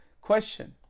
question